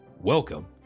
welcome